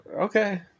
Okay